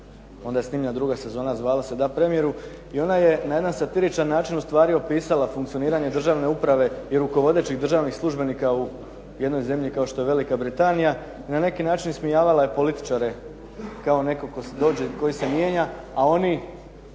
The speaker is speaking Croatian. onda je snimljena druga sezona koja se zvala "Da, premijeru!" i ona je na jedan satiričan način ustvari opisala funkcioniranje državne uprave i rukovodećih državnih službenika u jednoj zemlji kao što je Velika Britanija i na neki način ismijavala je političare kao nekog tko dođe, koji se mijenja a oni